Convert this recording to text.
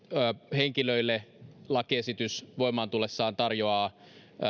henkilöille lakiesitys voimaan tullessaan tarjoaa